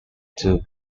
two